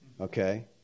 okay